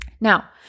Now